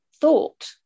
thought